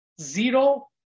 zero